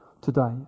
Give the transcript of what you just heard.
today